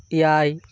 ᱮᱭᱟᱭ